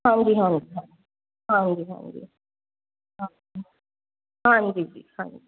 ਹਾਂਜੀ ਹਾਂਜੀ ਹਾਂਜੀ ਹਾਂਜੀ ਹਾਂਜੀ ਹਾਂਜੀ ਹਾਂਜੀ ਜੀ ਹਾਂਜੀ